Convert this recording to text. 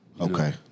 Okay